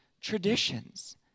traditions